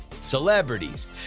celebrities